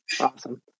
Awesome